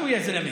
שו, יא זלמה?